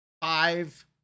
five